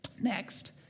Next